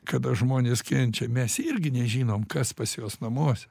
kada žmonės kenčia mes irgi nežinom kas pas juos namuose